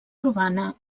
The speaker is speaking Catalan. urbana